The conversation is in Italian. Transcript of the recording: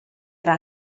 era